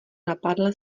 napadl